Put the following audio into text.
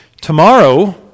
tomorrow